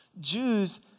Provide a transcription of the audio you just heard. Jews